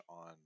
on